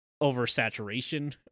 over-saturation